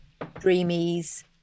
dreamies